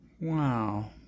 Wow